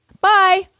Bye